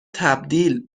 تبدیل